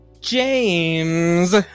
James